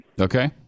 Okay